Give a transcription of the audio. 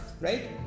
right